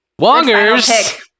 Wongers